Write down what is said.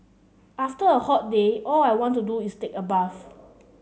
after a hot day all I want to do is take a bath